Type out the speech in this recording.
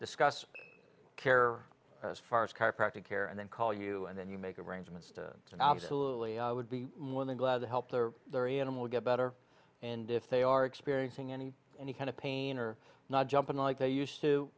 discuss care as far as chiropractor care and then call you and then you make arrangements and absolutely i would be more than glad to help their animal get better and if they are experiencing any any kind of pain or not jumping like they used to